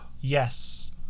Yes